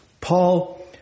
Paul